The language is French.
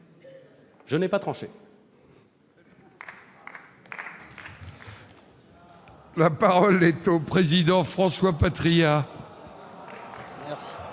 Je n'ai pas tranché.